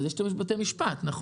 אז יש בתי משפט נכון?